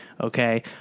okay